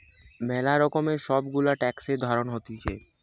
ম্যালা রকমের সব গুলা ট্যাক্সের ধরণ হতিছে